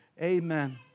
Amen